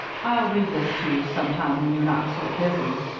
i'll read this to you sometime when you're not so busy.